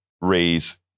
raise